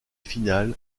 finale